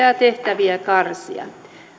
ja ja tehtäviä karsia